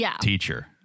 teacher